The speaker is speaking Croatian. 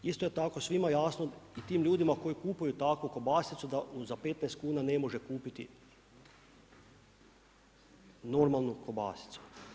Isto je tako svima jasno i tim ljudima koji kupuju takvu kobasicu da za 15 kuna ne može kupiti normalnu kobasicu.